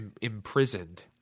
imprisoned